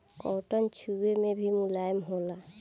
cotton छुवे मे भी मुलायम होला